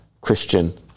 Christian